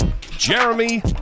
jeremy